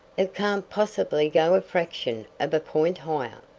it can't possibly go a fraction of a point higher.